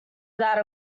without